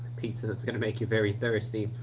pizza that's gonna make you very thirsty.